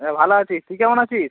হ্যাঁ ভালো আছি তুই কেমন আছিস